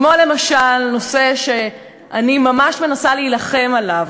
כמו למשל נושא שאני ממש מנסה להילחם עליו,